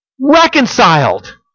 reconciled